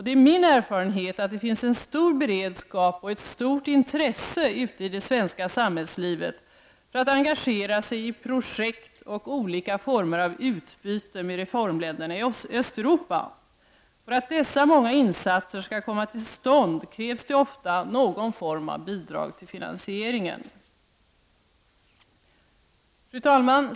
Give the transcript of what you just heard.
Det är min erfarenhet att det finns en stor beredskap och ett stort intresse ute i det svenska samhällslivet för att engagera sig i projekt och olika former av utbyte med reformländerna i Östeuropa. För att dessa många insatser skall komma till stånd krävs det ofta någon form av bidrag till finansieringen. Fru talman!